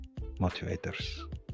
motivators